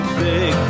big